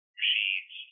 machines